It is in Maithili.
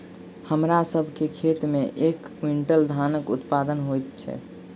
हमरा सभ के खेत में एक क्वीन्टल धानक उत्पादन होइत अछि